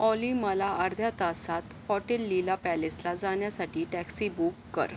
ऑली मला अर्ध्या तासात हॉटेल लीला पॅलेसला जाण्यासाठी टॅक्सी बुक कर